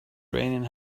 raining